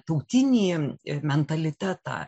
tautinį mentalitetą